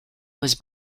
was